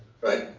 Right